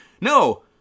No